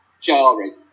jarring